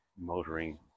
motoring